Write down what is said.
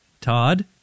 Todd